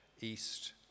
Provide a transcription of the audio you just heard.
east